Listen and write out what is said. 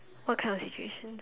what kind of situation